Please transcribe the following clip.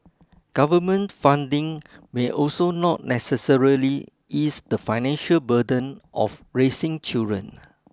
government funding may also not necessarily ease the financial burden of raising children